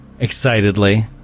excitedly